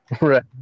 Right